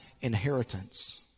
inheritance